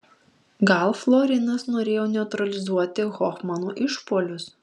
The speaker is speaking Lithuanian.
gal florinas norėjo neutralizuoti hofmano išpuolius